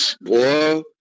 boy